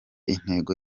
intego